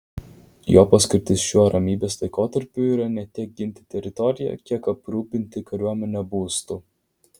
jo paskirtis šiuo ramybės laikotarpiu yra ne tiek ginti teritoriją kiek aprūpinti kariuomenę būstu